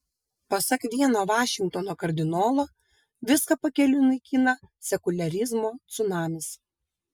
pasak vieno vašingtono kardinolo viską pakeliui naikina sekuliarizmo cunamis